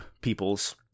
peoples